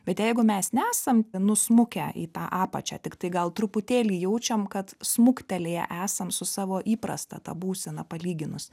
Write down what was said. bet jeigu mes nesam nusmukę į tą apačią tiktai gal truputėlį jaučiam kad smuktelėję esam su savo įprasta ta būsena palyginus